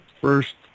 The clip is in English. first